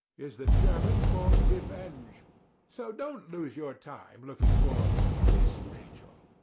is the german for revenge so don't lose your time looking for miss rachel.